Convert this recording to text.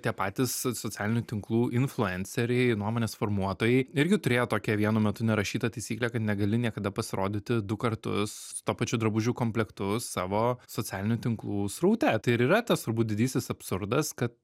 tie patys socialinių tinklų influenceriai nuomonės formuotojai irgi turėjo tokią vienu metu nerašytą taisyklę kad negali niekada pasirodyti du kartus tuo pačiu drabužių komplektu savo socialinių tinklų sraute tai ir yra tas turbūt didysis absurdas kad